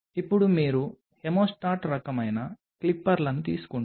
ఇప్పుడు మీరు హెమోస్టాట్ రకమైన క్లిప్పర్లను తీసుకుంటారు